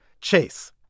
Chase